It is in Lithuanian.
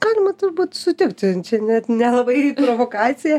galima turbūt sutikti čia net nelabai provokacija